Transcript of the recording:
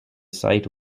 site